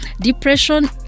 Depression